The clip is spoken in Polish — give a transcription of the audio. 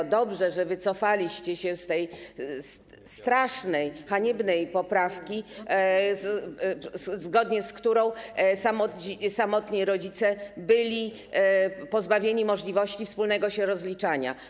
To dobrze, że wycofaliście się z tej strasznej, haniebnej poprawki, zgodnie z którą samotni rodzice byli pozbawieni możliwości wspólnego się rozliczania.